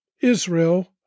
Israel